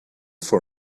for